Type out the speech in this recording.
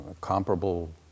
comparable